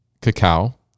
cacao